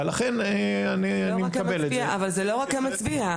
ואני לא חושבת שהייתה מחלוקת.